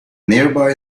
nearby